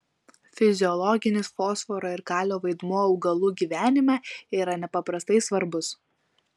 fiziologinis fosforo ir kalio vaidmuo augalų gyvenime yra nepaprastai svarbus